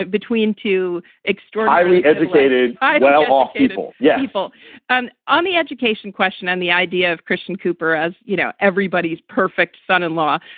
between two extra highly educated, well off people yeah so and on the education question and the idea of christian cooper, as you know, everybody's perfect son in law.